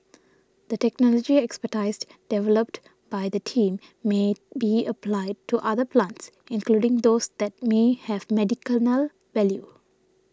the technology expertised developed by the team may be applied to other plants including those that may have value